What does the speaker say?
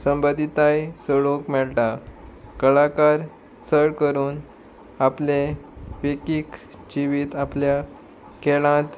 संबंदिताय सोडूंक मेळटा कलाकार चड करून आपले विकीक जिवीत आपल्या खेळांत